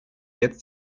jetzt